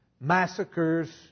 massacres